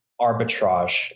arbitrage